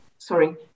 Sorry